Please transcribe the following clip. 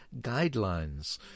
guidelines